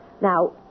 Now